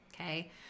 okay